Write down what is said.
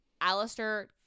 Alistair